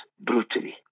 brutally